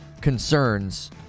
concerns